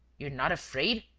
you're not afraid?